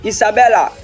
Isabella